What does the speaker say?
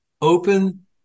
open